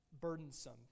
burdensome